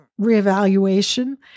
reevaluation